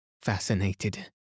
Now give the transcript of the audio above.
fascinated